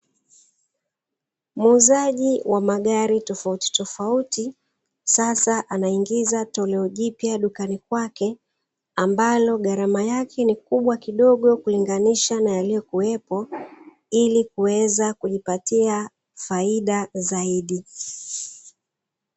Muuzaji wa magari tofautitofauti sasa anaingiza toleo jipya dukani kwake, ambalo gharama yake ni kubwa kidogo kulinganisha na yaliyokuwepo ili kuweza kujipatia faida zaidi.